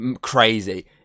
crazy